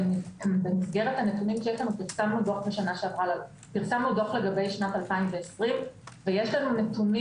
במסגרת הנתונים שיש לנו פרסמנו דוח לגבי 2020 ויש לנו נתונים